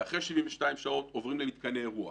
ואחרי 72 שעות עוברים למתקני אירוח.